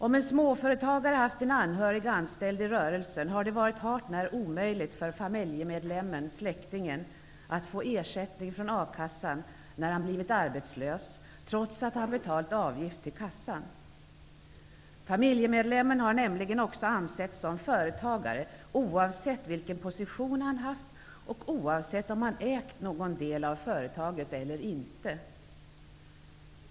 Om en småföretagare haft en anhörig anställd i rörelsen har det varit hart när omöjligt för familjemedlemmen/släktingen att få ersättning från a-kassan när han blivit arbetslös, trots att han betalat avgift till kassan. Familjemedlemmen har nämligen också ansetts som företagare, oavsett vilken position han haft och oavsett om han ägt någon del av företaget eller inte.